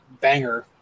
Banger